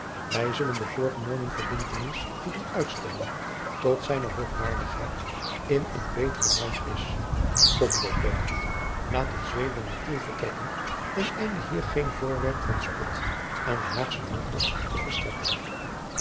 wij zullen de voorgenomen verbindtenis moeten uitstellen tot zijne hoogwaardigheid in een betere luim is kom botbergen laat ons weder naar tiel vertrekken ten einde hier geen voorwerp van spot aan de haagsche jonkers te verstrekken